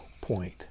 point